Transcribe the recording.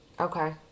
Okay